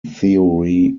theory